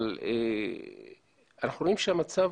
אבל אנחנו רואים שהמצב,